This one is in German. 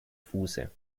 fuße